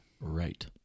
right